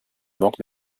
banque